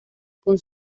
con